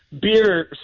Beer